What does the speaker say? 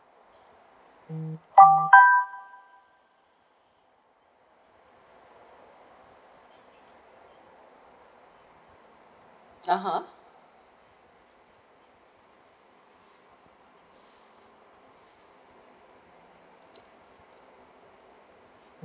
(uh huh)